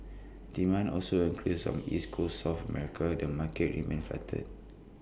demand also increased from East Coast south America the market remained flatter